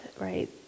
right